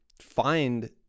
find